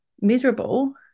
miserable